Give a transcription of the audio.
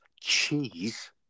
cheese